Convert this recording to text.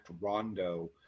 Rondo